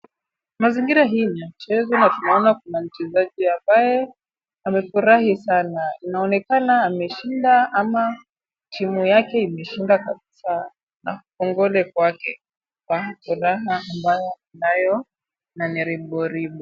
Mazingira hii ni ya mchezo na tunaona kuna mchezaji ambaye amefurahi sana. Anaonekana ameshinda ama timu yake imeshinda kabisaa na kongole kwake kwa furaha ambayo anayo na ni riboribo